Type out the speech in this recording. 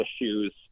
issues